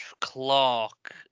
Clark